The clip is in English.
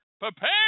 prepare